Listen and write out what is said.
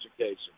education